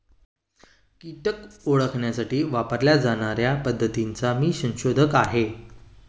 कीटक ओळखण्यासाठी वापरल्या जाणार्या पद्धतीचा मी संशोधक आहे